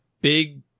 big